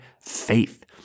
faith